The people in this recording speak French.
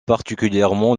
particulièrement